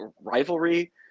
rivalry